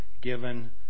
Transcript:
given